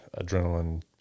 adrenaline